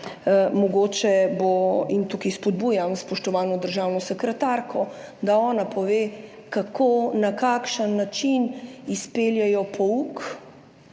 Mogoče bo, in tukaj spodbujam spoštovano državno sekretarko, da ona pove, kako, na kakšen način izpeljejo pouk,